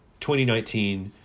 2019